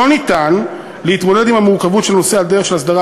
אי-אפשר להתמודד עם המורכבות של הנושא על דרך של הסדרה